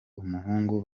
umuhungu